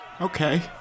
Okay